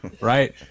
Right